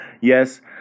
Yes